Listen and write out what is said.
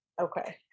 okay